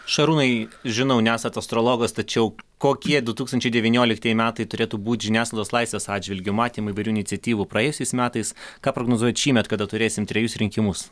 šarūnai žinau nesat astrologas tačiau kokie du tūkstančiai devynioliktieji metai turėtų būt žiniasklaidos laisvės atžvilgiu matėm įvairių iniciatyvų praėjusiais metais ką prognozuojat šįmet kada turėsim trejus rinkimus